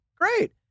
Great